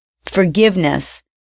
Forgiveness